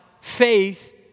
faith